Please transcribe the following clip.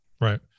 Right